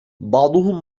بعضهم